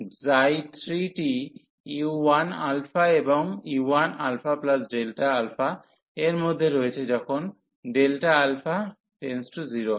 3 টি u1α এবং u1α এর মধ্যে রয়েছে যখন Δα → 0 হবে